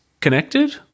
connected